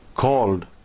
called